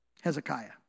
Hezekiah